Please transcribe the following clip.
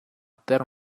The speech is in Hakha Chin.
ter